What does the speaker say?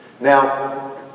Now